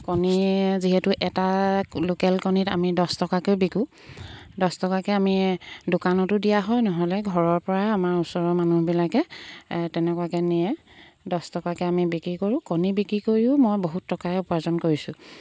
কণী যিহেতু এটা লোকেল কণীত আমি দছ টকাকৈ বিকো দছ টকাকৈ আমি দোকানতো দিয়া হয় নহ'লে ঘৰৰ পৰা আমাৰ ওচৰৰ মানুহবিলাকে তেনেকুৱাকৈ নিয়ে দছ টকাকৈ আমি বিক্ৰী কৰোঁ কণী বিক্ৰী কৰিও মই বহুত টকাই উপাৰ্জন কৰিছোঁ